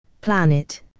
planet